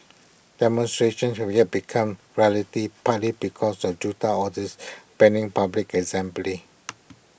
demonstrations should yet become rarity partly because of junta orders banning public assembly